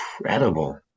incredible